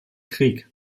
krieg